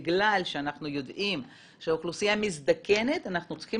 בגלל שאנחנו יודעים שהאוכלוסייה מזדקנת אנחנו צריכים